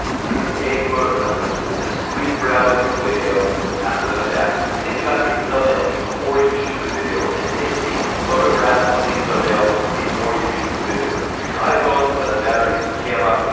use a photograph, don't just take a screen grab of your video after the fact, think about your thumbnail before you shoot the video and take the photograph of the thumbnail before you shoot the video. use your iphone, doesn't matter, use a camera,